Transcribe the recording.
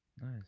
Nice